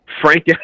frank